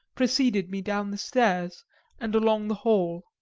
preceded me down the stairs and along the hall.